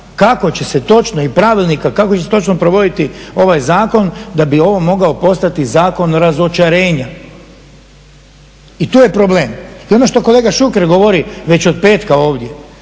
da bez programa i pravilnika kako će se točno provoditi ovaj zakon da bi ovo mogao postati zakon razočarenja i tu je problem. I ono što kolega Šuker govori već od petka ovdje,